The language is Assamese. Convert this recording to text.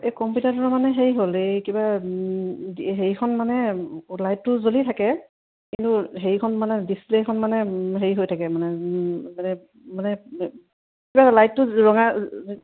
এই কম্পিউটাৰটোৰ মানে হেৰি হ'ল এই কিবা হেৰিখন মানে লাইটটো জ্বলি থাকে কিন্তু হেৰিখন মানে ডিছপ্লে'খন মানে হেৰি হৈ থাকে মানে মানে মানে কিবা লাইটটো ৰঙা